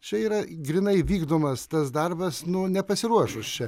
čia yra grynai vykdomas tas darbasnu nepasiruošus čia